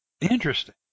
Interesting